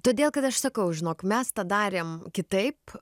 todėl kad aš sakau žinok mes tą darėm kitaip